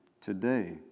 Today